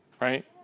right